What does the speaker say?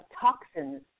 toxins